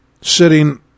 sitting